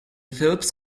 phillips